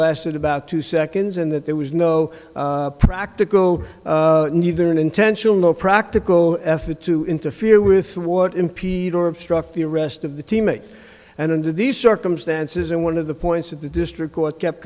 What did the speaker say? lasted about two seconds and that there was no practical neither an intentional no practical effort to interfere with what impede or obstruct the arrest of the teammate and under these circumstances and one of the points that the district court kept